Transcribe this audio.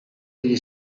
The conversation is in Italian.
egli